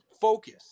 focus